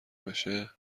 بشه